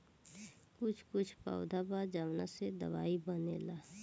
कुछ कुछ पौधा बा जावना से दवाई बनेला